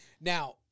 Now